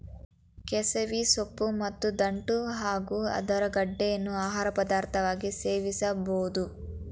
ಕೆಸವೆ ಸೊಪ್ಪು ಮತ್ತು ದಂಟ್ಟ ಹಾಗೂ ಅದರ ಗೆಡ್ಡೆಯನ್ನು ಆಹಾರ ಪದಾರ್ಥವಾಗಿ ಸೇವಿಸಬೋದು